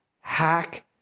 Hack